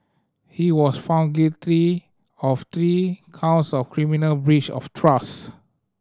he was found guilty of three counts of criminal breach of trust